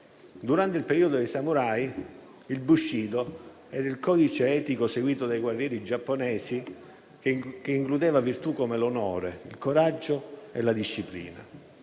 Durante il periodo dei samurai, il *bushido* era il codice etico seguito dai guerrieri giapponesi che includeva virtù come l'onore, il coraggio e la disciplina.